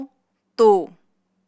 two